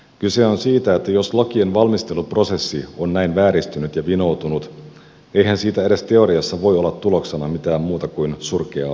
kyse on siitä että jos lakien valmisteluprosessi on näin vääristynyt ja vinoutunut eihän siitä edes teoriassa voi olla tuloksena mitään muuta kuin surkeaa lainsäädäntöä